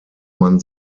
man